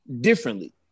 differently